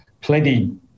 plenty